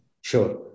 Sure